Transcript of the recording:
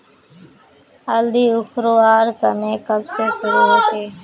हल्दी उखरवार समय कब से शुरू होचए?